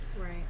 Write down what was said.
Right